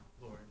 Lord